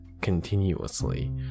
continuously